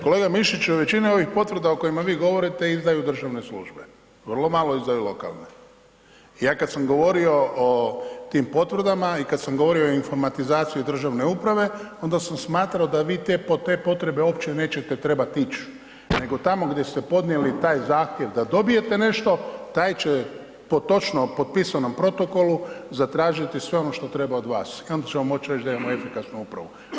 Kolega Mišiću, većina je ovih potvrda o kojima vi govorite, izdaju državne službe, vrlo malo izdaju lokalne, i ja kad sam govorio o tim potvrdama i kad sam govorio o informatizaciji državne uprave, onda sam smatrao da vi te, po te potrebe uopće nećete trebat ić', nego tamo gdje ste podnijeli taj zahtjev da dobijete nešto, taj će po točno potpisanom protokolu zatražiti sve ono što treba od vas, i onda ćemo moći reći da imamo efikasnu upravu.